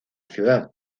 ciudad